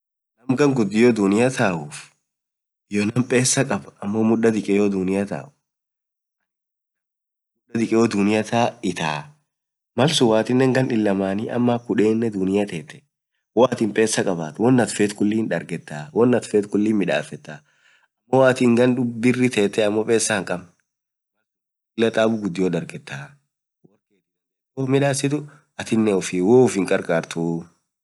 naam gan gudio dunia tauf hyo naam pesaa kaab hyo gan dikayo duniaa tau tam biraa fudetaa anan yedeen, nam gan dikayo tau fedaa malsuun hoo atin gan ilamaninen tetee hoo atin pesaa kabaat woan atin feet kulii hinmidafetaa amoo hoo atn gangudio dunia tetee amo pesa hinkabn hintabotaa, woyyu himidasituu atinen woyuu uff hinkarkartuu.